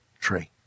tree